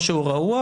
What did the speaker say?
או שהוא רעוע,